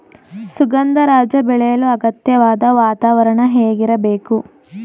ಸುಗಂಧರಾಜ ಬೆಳೆಯಲು ಅಗತ್ಯವಾದ ವಾತಾವರಣ ಹೇಗಿರಬೇಕು?